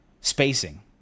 spacing